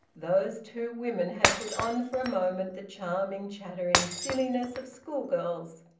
those two women had put on for a moment the charming, chattering silliness of schoolgirls.